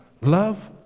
Love